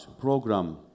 program